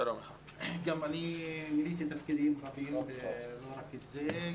גם אני מילאתי תפקידים רבים, לא רק את זה.